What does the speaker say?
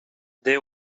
they